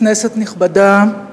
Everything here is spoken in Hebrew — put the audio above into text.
כנסת נכבדה,